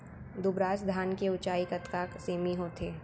दुबराज धान के ऊँचाई कतका सेमी होथे?